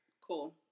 Cool